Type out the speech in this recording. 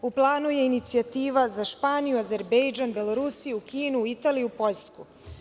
U planu je inicijativu za Španiju, Azerbejdžan, Belorusiju, Kinu, Italiju i Poljsku.